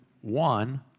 one